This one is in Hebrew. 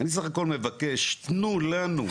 אני סך הכול מבקש תנו לנו,